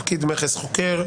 לפקיד מכס חוקר,